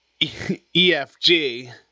EFG